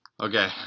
Okay